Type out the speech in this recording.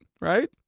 right